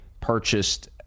purchased